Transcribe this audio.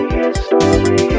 history